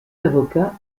avocats